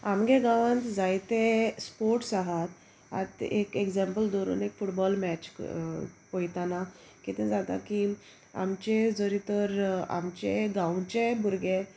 आमगे गांवांत जायते स्पोर्ट्स आहात आत एक एग्जाम्पल दवरून एक फुटबॉल मॅच पयताना कितें जाता की आमचे जरी तर आमचे गांवचे भुरगे